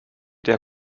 der